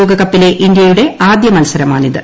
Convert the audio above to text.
ലോകകപ്പിലെ ഇന്ത്യയുടെ ആദ്യമത്സരമാണിത്